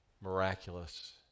miraculous